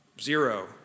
zero